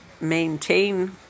maintain